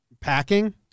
Packing